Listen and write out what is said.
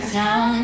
town